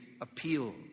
appeal